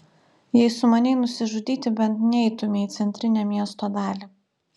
jei sumanei nusižudyti bent neitumei į centrinę miesto dalį